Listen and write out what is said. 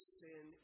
sin